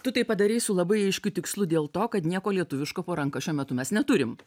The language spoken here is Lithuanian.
tu tai padarei su labai aiškiu tikslu dėl to kad nieko lietuviško po ranka šiuo metu mes neturim